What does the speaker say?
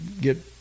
get